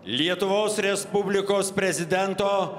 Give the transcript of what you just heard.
lietuvos respublikos prezidento